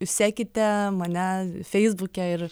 sekite mane feisbuke ir